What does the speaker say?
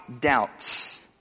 doubts